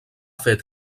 fet